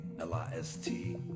l-i-s-t